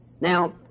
Now